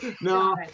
no